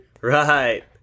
Right